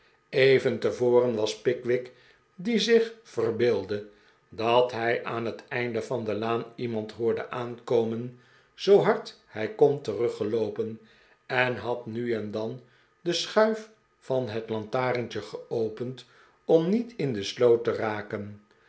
even tevoren was pickwick die zich verbeeldde dat hij aan het einde van de laan iemand hoorde aankohien zoo hard hij kon teruggeloopen en had nu en dan de schuif van het lantarentje geopend om niet in de sloot te raken